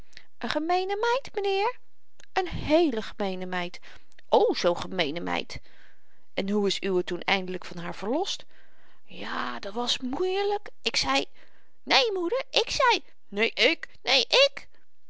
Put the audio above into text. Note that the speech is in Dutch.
een gemeene meid m'nheer een heele gemeene meid o zoo'n gemeene meid en hoe is uwe toen eindelyk van haar verlost ja dat was moeielyk ik zei né moeder ik zei né ik né ik